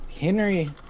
Henry